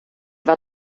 war